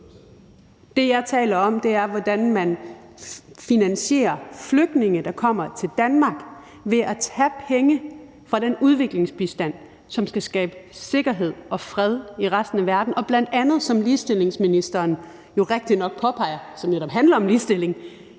Det, jeg taler om, er, hvordan man finansierer flygtninge, der kommer til Danmark, ved at tage penge fra den udviklingsbistand, som skal skabe sikkerhed og fred i resten af verden, og som jo bla., som ligestillingsministeren rigtigt påpeger, netop handler om ligestilling